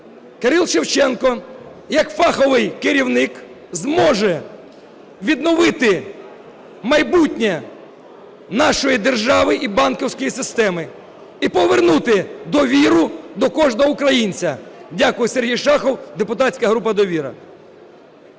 Кирило Шевченко як фаховий керівник зможе відновити майбутнє нашої держави і банківської системи і повернути довіру до кожного українця. Дякую. Сергій Шахов, депутатська група "Довіра".